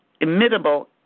imitable